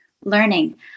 learning